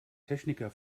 techniker